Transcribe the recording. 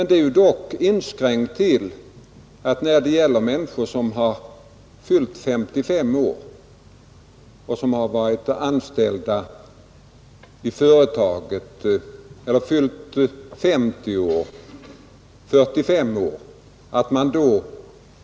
Det är ju dock inskränkt till att människor som fyllt 45 år skall ha en utökad uppsägningstid vid viss anställningstid.